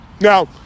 Now